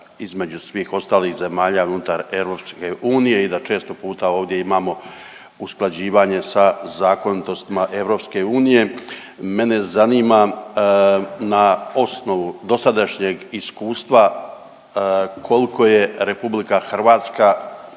između svih ostalih zemalja unutar EU i da često puta ovdje imamo usklađivanje sa zakonitostima EU. Mene zanima na osnovu dosadašnjeg iskustva koliko je RH pa kada